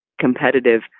competitive